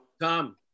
Tom